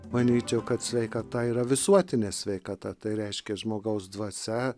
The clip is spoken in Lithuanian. manyčiau kad sveikata yra visuotinė sveikata tai reiškia žmogaus dvasia